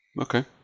Okay